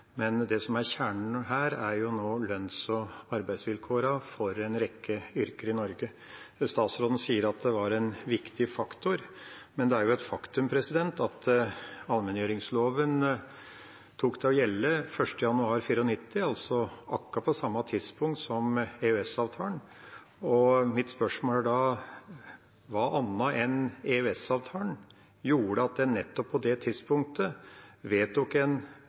men det som er kjernen her nå, er lønns- og arbeidsvilkårene for en rekke yrker i Norge. Statsråden sier at det var «en viktig faktor», men det er jo et faktum at allmenngjøringsloven tok til å gjelde 1. januar 1994, altså på akkurat det samme tidspunktet som EØS-avtalen. Mitt spørsmål er: Hva annet enn EØS-avtalen gjorde at en nettopp på det tidspunktet vedtok en